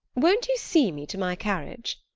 won't you see me to my carriage?